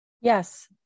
Yes